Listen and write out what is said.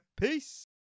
peace